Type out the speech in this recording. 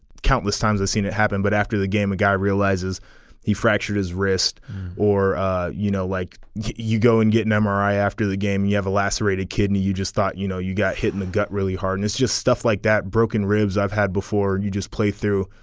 countless times i've seen it happen but after the game a guy realizes he fractured his wrist or ah you know like you you go and get an um mri after the game you you have a lacerated kidney you just thought you know you got hit in the gut really hard and it's just stuff like that broken ribs i've had before. and you just play through.